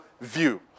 view